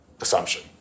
assumption